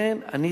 אחד.